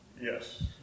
Yes